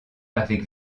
avec